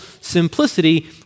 simplicity